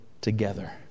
together